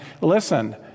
Listen